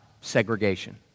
segregation